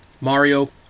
Mario